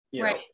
Right